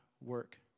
work